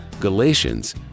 Galatians